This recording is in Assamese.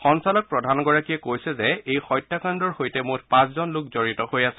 সঞ্চালকপ্ৰধানগৰাকীয়ে কৈছে যে এই হত্যাকাণ্ডৰ সৈতে মুঠ পাঁচজন লোক জড়িত হৈ আছে